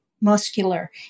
muscular